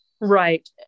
right